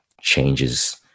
changes